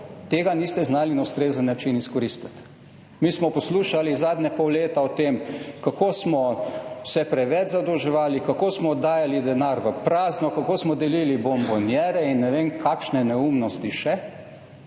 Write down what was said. tega niste znali na ustrezen način izkoristiti. Mi smo poslušali zadnjega pol leta o tem, kako smo se preveč zadolževali, kako smo dajali denar v prazno, kako smo delili bombonjere, in ne vem, kakšne neumnosti še,